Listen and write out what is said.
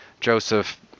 Joseph